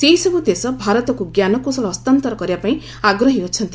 ସେହିସବୁ ଦେଶ ଭାରତକୁ ଜ୍ଞାନକୌଶଳ ହସ୍ତାନ୍ତର କରିବାପାଇଁ ଆଗ୍ରହୀ ଅଛନ୍ତି